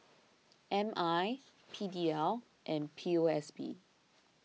M I P D L and P O S B